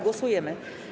Głosujemy.